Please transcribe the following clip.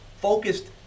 focused